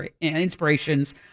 inspirations